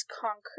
concrete